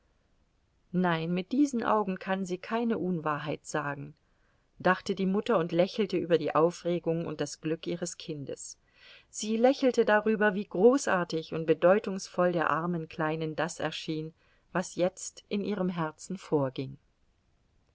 nein mit diesen augen kann sie keine unwahrheit sagen dachte die mutter und lächelte über die aufregung und das glück ihres kindes sie lächelte darüber wie großartig und bedeutungsvoll der armen kleinen das erschien was jetzt in ihrem herzen vorging